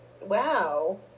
Wow